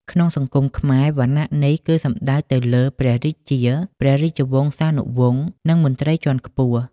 ក្នុងសង្គមខ្មែរ វណ្ណៈនេះគឺសំដៅទៅលើព្រះរាជា ព្រះរាជវង្សានុវង្ស និងមន្ត្រីជាន់ខ្ពស់។